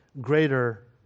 greater